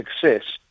success